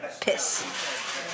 piss